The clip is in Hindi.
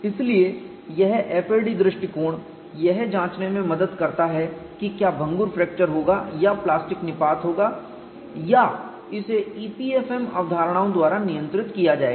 इसलिए यह FAD दृष्टिकोण यह जांचने में मदद करता है कि क्या भंगुर फ्रैक्चर होगा या प्लास्टिक निपात होगा या इसे EPFM अवधारणाओं द्वारा नियंत्रित किया जाएगा